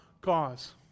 cause